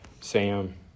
Sam